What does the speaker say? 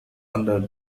under